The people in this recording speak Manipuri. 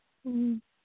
ꯎꯝ